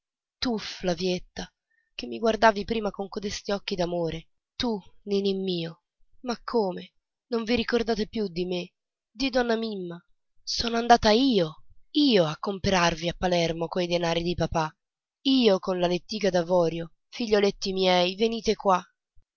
tu flavietta che mi guardavi prima con codesti occhi d'amore tu ninì mio ma come non vi ricordate più di me di donna mimma sono andata io io a comperarvi a palermo coi denari di papà io con la lettiga d'avorio figlietti miei venite qua